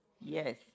Yes